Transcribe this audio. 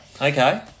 Okay